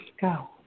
go